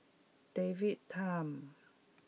David Tham